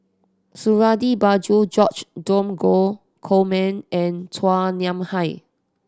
Suradi Parjo George Dromgold Coleman and Chua Nam Hai